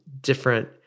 different